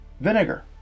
vinegar